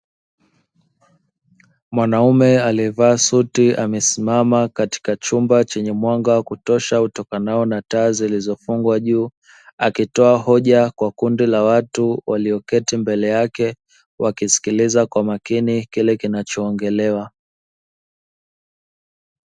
Mwanaume aliyevaa suti amesimama katika chumba chenye mwanga wa kutosha, utokanao na taa zilizofungwa juu, akitoa hoja kwa kundi la watu walioketi mbele yake wakisikiliza kwa makini kile kinachoongelewa.